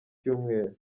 cyumweru